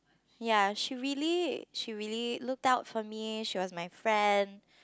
ya she really she really looked out for me eh she was my friend